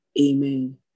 amen